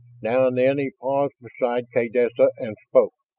now and then he paused beside kaydessa and spoke,